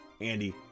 Andy